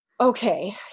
okay